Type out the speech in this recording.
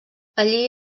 allí